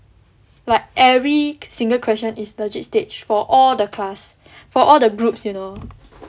like every single question is legit stage for all the class for all the groups you know